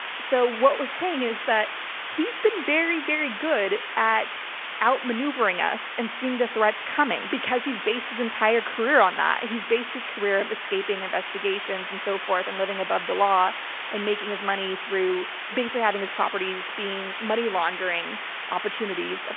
so what we're saying is that he's been very, very good at outmaneuvering us and seeing the threats coming because he's based his entire career on that. he's based his career on escaping investigations and so forth and living above the law and making his money through basically having his properties being money laundering opportunities,